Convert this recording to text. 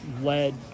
led